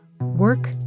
Work